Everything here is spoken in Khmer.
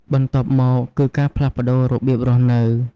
បន្ទាប់មកគឺ ការផ្លាស់ប្តូររបៀបរស់នៅ។